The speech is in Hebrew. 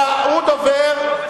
הוא דובר של האסירים,